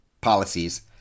policies